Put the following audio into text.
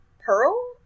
Pearl